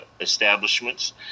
establishments